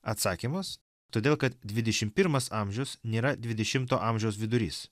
atsakymas todėl kad dvidešimt pirmas amžius nėra dvidešimto amžiaus vidurys